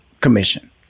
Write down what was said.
commission